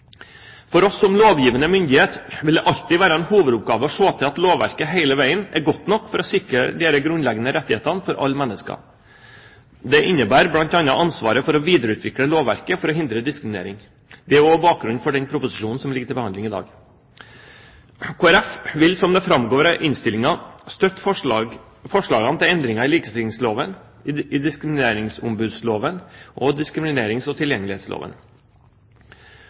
For oss som lovgivende myndighet vil det alltid være en hovedoppgave å se til at lovverket hele veien er godt nok for å sikre disse grunnleggende rettighetene for alle mennesker. Det innebærer bl.a. ansvaret for å videreutvikle lovverket for å hindre diskriminering. Det er også bakgrunnen for denne proposisjonen som ligger til behandling i dag. Kristelig Folkeparti vil, som det framgår av innstillingen, støtte forslagene til endringene i likestillingsloven, i diskrimineringsombudsloven og i diskriminerings- og tilgjengelighetsloven.